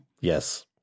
Yes